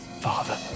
Father